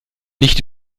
nicht